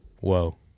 Whoa